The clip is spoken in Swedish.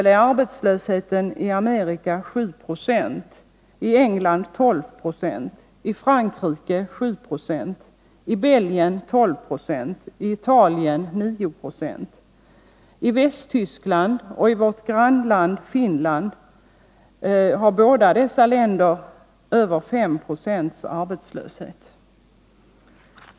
Så är arbetslösheten t.ex. i USA 7 20, i England 12 26, i Frankrike 7 90, i Belgien 12 Ze, i Italien 9 26. Västtyskland och vårt grannland Finland har båda en arbetslöshet över 5 96.